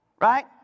Right